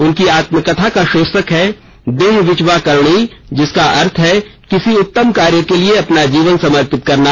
उनकी आत्मकथा का शीर्षक है देह वीचवा करणी जिसका अर्थ है किसी उत्तम कार्य के लिए अपना जीवन समर्पित करना